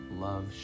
love